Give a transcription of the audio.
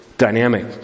dynamic